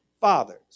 Fathers